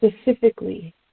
specifically